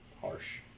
harsh